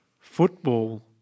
football